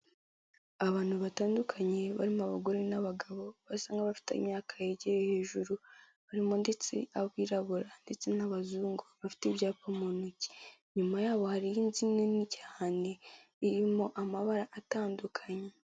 Abantu batandukanye barimo abagore n'abagabo basa nk'abafite imyaka yegereye hejuru barimo ndetse abirabura ndetse n'abazungu bafite ibyapa mu ntoki, nyuma yabo hari inzu nini cyane irimo amabara atandukanye.